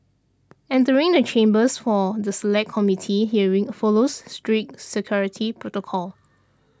entering the chambers for the Select Committee hearing follows strict security protocol